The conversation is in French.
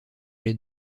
les